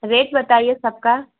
rate बताइये सबका